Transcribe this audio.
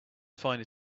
find